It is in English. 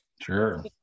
sure